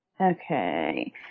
Okay